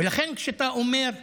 ולכן, כשאתה אומר "גירוש"